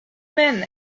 men